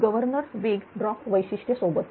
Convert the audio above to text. governor वेग drop वैशिष्ट्य सोबत